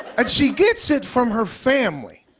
she gets it from her family.